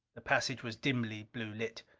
the passage was dimly blue lit.